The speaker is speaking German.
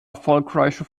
erfolgreiche